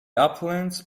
uplands